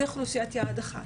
זו אוכלוסיית יעד אחת.